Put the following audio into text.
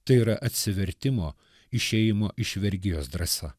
tai yra atsivertimo išėjimo iš vergijos drąsa